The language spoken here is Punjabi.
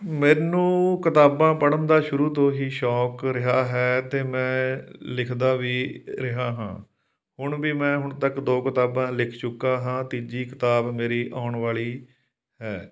ਮੈਨੂੰ ਕਿਤਾਬਾਂ ਪੜ੍ਹਨ ਦਾ ਸ਼ੁਰੂ ਤੋਂ ਹੀ ਸ਼ੌਂਕ ਰਿਹਾ ਹੈ ਅਤੇ ਮੈਂ ਲਿਖਦਾ ਵੀ ਰਿਹਾ ਹਾਂ ਹੁਣ ਵੀ ਮੈਂ ਹੁਣ ਤੱਕ ਦੋ ਕਿਤਾਬਾਂ ਲਿਖ ਚੁੱਕਾ ਹਾਂ ਤੀਜੀ ਕਿਤਾਬ ਮੇਰੀ ਆਉਣ ਵਾਲੀ ਹੈ